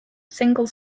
single